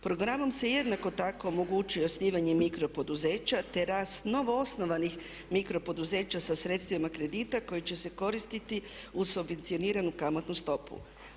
Programom se jednako tako omogućuje osnivanje mikro poduzeća te rast novo osnovanih mikro poduzeća sa sredstvima kredita koji će se koristiti uz subvencioniranu kamatnu stopu.